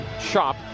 Shop